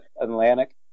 Atlantic